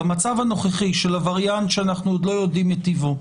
במצב הנוכחי של הווריאנט שאנחנו עוד לא יודעים את טיבו,